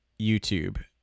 youtube